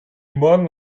morgen